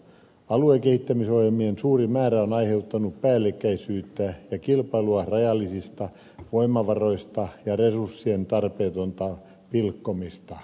alueellisten kehittämisohjelmien suuri määrä on aiheuttanut päällekkäisyyttä ja kilpailua rajallisista voimavaroista ja resurssien tarpeetonta pilkkomista